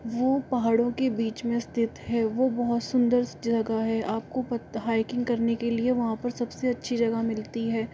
वो पहाड़ों के बीच में स्थित है वो बहुत सुन्दर जगह है आपको पता हाईकिंग करने के लिए वहाँ पर सबसे अच्छी जगह मिलती है